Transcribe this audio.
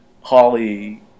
Holly